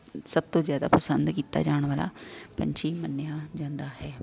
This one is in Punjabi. ਸਭ ਤੋਂ ਜ਼ਿਆਦਾ ਪਸੰਦ ਕੀਤਾ ਜਾਣ ਵਾਲਾ ਪੰਛੀ ਮੰਨਿਆ ਜਾਂਦਾ ਹੈ